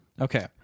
Okay